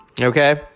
okay